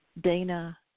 Dana